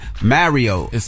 Mario